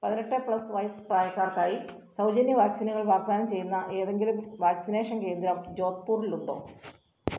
പതിനെട്ട് പ്ലസ് വയസ്സ് പ്രായക്കാർക്കായി സൗജന്യ വാക്സിനുകൾ വാഗ്ദാനം ചെയ്യുന്ന ഏതെങ്കിലും വാക്സിനേഷൻ കേന്ദ്രം ജോധ്പൂറിലുണ്ടോ